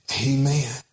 Amen